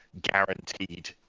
guaranteed